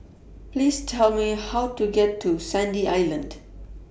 Please Tell Me How to get to Sandy Island